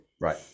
Right